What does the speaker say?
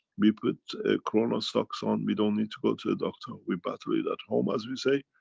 we put a corona socks on. we don't need to go to a doctor. we battle it at home as we say.